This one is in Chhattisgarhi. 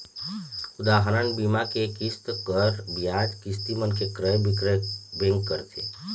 उदाहरन, बीमा के किस्त, कर, बियाज, किस्ती मन के क्रय बिक्रय बेंक करथे